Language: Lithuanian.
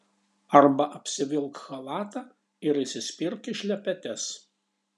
arba apsivilk chalatą ir įsispirk į šlepetes